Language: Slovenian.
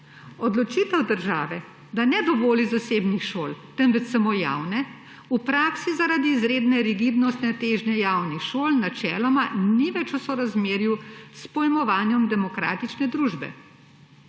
Odločitev države, da ne dovoli zasebnih šol, temveč samo javne, v praksi zaradi izredne rigidnostne težnje javnih šol načeloma ni več v sorazmerju s pojmovanjem demokratične družbe.